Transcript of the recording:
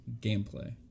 gameplay